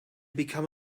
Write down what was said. become